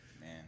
man